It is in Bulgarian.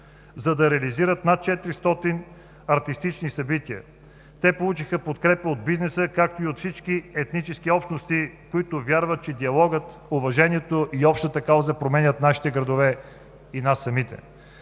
за да реализират над 400 артистични събития. Те получиха подкрепа от бизнеса, както и от всички етнически общности, които вярват, че диалогът, уважението и общата кауза променят нашите градове и нас самите.